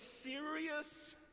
serious